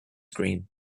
green